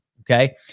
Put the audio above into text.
Okay